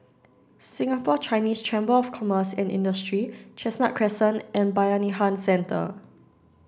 Singapore Chinese Chamber of Commerce and Industry Chestnut Crescent and Bayanihan Centre